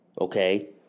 okay